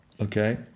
Okay